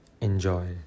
Enjoy